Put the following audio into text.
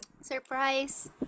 Surprise